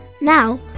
Now